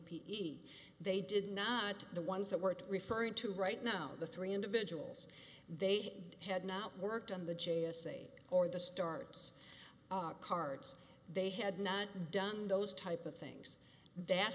p e they did not the ones that were referring to right now the three individuals they had not worked on the g s a or the starts cards they had not done those type of things that